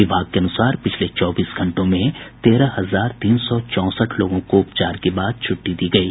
विभाग के अनुसार पिछले चौबीस घंटों में तेरह हजार तीन सौ चौंसठ लोगों को उपचार के बाद छुट्टी दी गयी